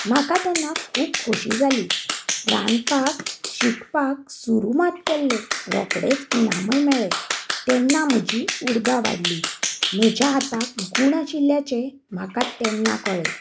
म्हाका तेन्ना खूब खोशी जाली रांदपाक शिकपाक सुरू मात केल्लें रोखडेंच इनामूय मेळ्ळें तेन्ना म्हजी उर्बा वाडली म्हज्या हाताक गूण अशिल्ल्याचें म्हाका तेन्ना कळ्ळें